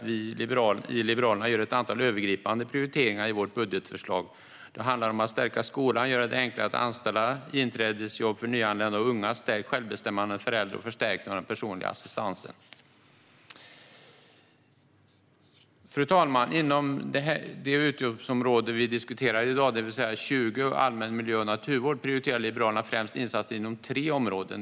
Vi i Liberalerna gör ett antal övergripande prioriteringar i vårt budgetförslag. Dessa prioriteringar handlar om att stärka skolan, om att göra det enklare att anställa, om inträdesjobb för nyanlända och unga, om stärkt självbestämmande för äldre samt om förstärkning av den personliga assistansen. Fru talman! Inom det utgiftsområde som vi diskuterar i dag, det vill säga utgiftsområde 20 Allmän miljö och naturvård, prioriterar Liberalerna främst insatser inom tre områden.